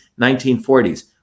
1940s